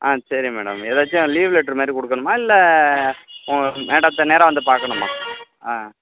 ஆ சரி மேடம் எதாச்சும் லீவு லெட்ருமாதிரி கொடுக்குனுமா இல்லை உங்கள் மேடத்தை நேராக வந்து பார்க்கணுமா